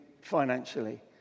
financially